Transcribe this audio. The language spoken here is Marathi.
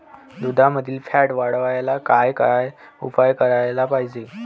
दुधामंदील फॅट वाढवायले काय काय उपाय करायले पाहिजे?